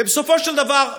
ובסופו של דבר,